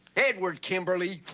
edward kimberly.